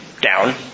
Down